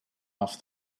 off